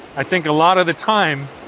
i think a lot of the time.